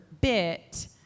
bit